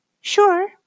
Sure